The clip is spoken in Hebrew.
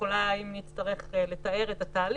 ואם יהיה צורך היא תוכל לתאר את התהליך.